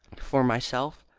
for myself,